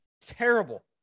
Terrible